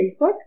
Facebook